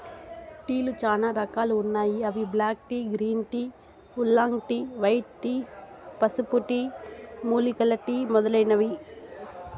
టీలు చానా రకాలు ఉన్నాయి అవి black tea, green tea, oolong tea, white tea, పసుపు టీ, మూలికల టీ మొదలైనవి